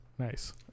Nice